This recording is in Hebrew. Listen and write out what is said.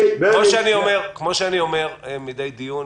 כפי שאני אומר מידי דיון,